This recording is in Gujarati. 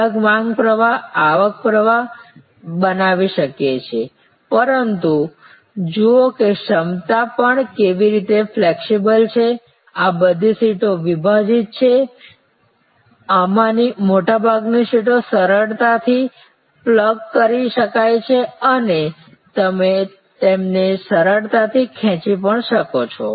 અલગ માંગ પ્રવાહ આવક પ્રવાહ બનાવવી શકીએ છીએ પરંતુ જુઓ કે ક્ષમતા પણ કેવી રીતે ફ્લેક્સિબલ છે આ બધી સીટો વિભાજિત છે આમાંની મોટાભાગની સીટો સરળતાથી પ્લગ કરી શકાય છે અથવા તમે તેને સરળતાથી ખેંચી શકો છો